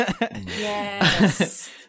yes